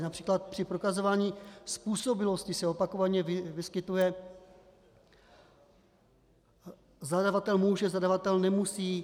Například při prokazování způsobilosti se opakovaně vyskytuje zadavatel může, zadavatel nemusí.